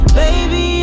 baby